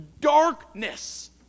darkness